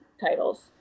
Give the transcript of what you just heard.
titles